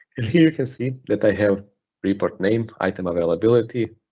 in here you can see, that i have report name, item availability,